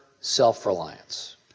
self-reliance